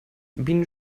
bienen